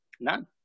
None